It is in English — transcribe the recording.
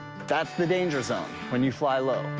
that's the danger zone when you fly low.